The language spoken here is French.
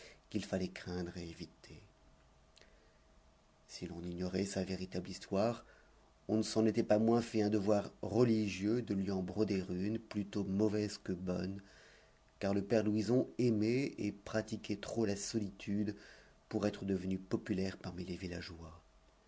qu'il fallait craindre et éviter si l'on ignorait sa véritable histoire on ne s'en était pas moins fait un devoir religieux de lui en broder une plutôt mauvaise que bonne car le père louison aimait et pratiquait trop la solitude pour être devenu populaire parmi les villageois